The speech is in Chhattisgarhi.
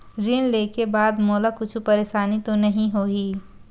ऋण लेके बाद मोला कुछु परेशानी तो नहीं होही?